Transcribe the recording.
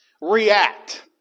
react